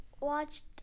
watched